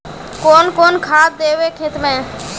कौन कौन खाद देवे खेत में?